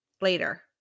later